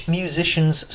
musician's